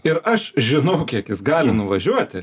ir aš žinau kiek jis gali nuvažiuoti